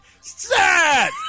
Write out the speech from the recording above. Set